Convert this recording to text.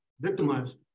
Victimized